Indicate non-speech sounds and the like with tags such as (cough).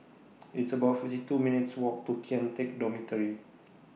(noise) It's about fifty two minutes' Walk to Kian Teck Dormitory